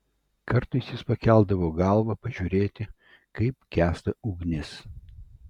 kartais jis pakeldavo galvą pažiūrėti kaip gęsta ugnis